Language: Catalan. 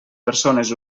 persones